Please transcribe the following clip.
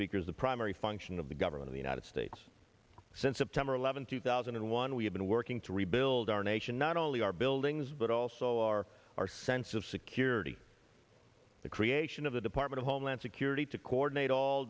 speaker is the primary function of the government of united states since september eleventh two thousand and one we have been working to rebuild our nation not only our buildings but also for our sense of security the creation of the department of homeland security to coordinate all